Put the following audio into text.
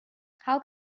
how